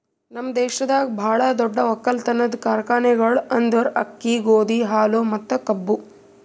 ನಮ್ ದೇಶದಾಗ್ ಭಾಳ ದೊಡ್ಡ ಒಕ್ಕಲತನದ್ ಕಾರ್ಖಾನೆಗೊಳ್ ಅಂದುರ್ ಅಕ್ಕಿ, ಗೋದಿ, ಹಾಲು ಮತ್ತ ಕಬ್ಬು